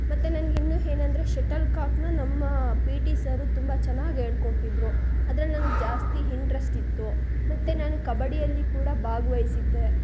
ಮತ್ತು ನನ್ಗೆ ಇನ್ನು ಏನಂದ್ರೆ ಶಟಲ್ಕಾಕನ್ನು ನಮ್ಮ ಪಿ ಟಿ ಸರು ತುಂಬ ಚೆನ್ನಾಗಿ ಹೇಳ್ಕೊಡ್ತಿದ್ರು ಅದ್ರಲ್ಲಿ ನನ್ಗೆ ಜಾಸ್ತಿ ಹಿಂಟ್ರಸ್ಟ್ ಇತ್ತು ಮತ್ತು ನಾನು ಕಬಡ್ಡಿಯಲ್ಲಿ ಕೂಡ ಭಾಗ್ವಹಿಸಿದ್ದೆ